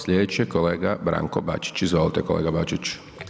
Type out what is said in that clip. Sljedeći je kolega Branko Bačić, izvolite kolega Bačić.